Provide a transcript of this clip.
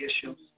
issues